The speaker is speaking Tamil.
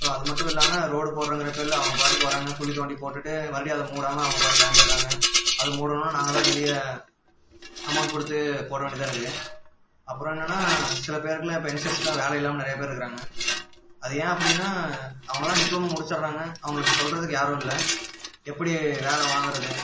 ஸோ அது மட்டும் இல்லாமல் ரோடு போடுறோங்கிற பேரில் அவங்க பாட்டுக்கு வராங்க குழி தோண்டி போட்டுவிட்டு மறுபடியும் அதை மூடாமல் அவங்கள் பாட்டுக்கு கிளம்பிட்றாங்க அது மூடணுன்னால் நாங்கள் தான் வெளியே அமௌண்ட் கொடுத்து போட வேண்டியதாக இருக்குது அப்புறம் என்னென்னா சில பேரில் யங்க்ஸ்டர்சஸ்க்கெலாம் வேலை இல்லாமல் நிறைய பேர் இருக்கிறாங்க அது ஏன் அப்படின்னால் அவங்கள்லாம் டிப்ளமோ முடிச்சுட்றாங்க அவர்களுக்கு சொல்கிறதுக்கு யாரும் இல்லை எப்படி வேலை வாங்கிறது